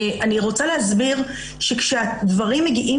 אני רוצה להסביר שכשהדברים מגיעים